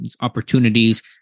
opportunities